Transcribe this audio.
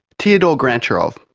teodor grantcharov.